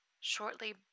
Shortly